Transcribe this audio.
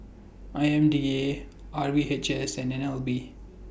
I M D A R V H S and N L B